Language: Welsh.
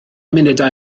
munudau